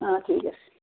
অঁ ঠিক আছে